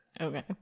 Okay